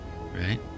Right